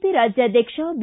P ರಾಜ್ಯಾಧ್ಯಕ್ಷ B